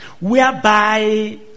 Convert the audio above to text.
Whereby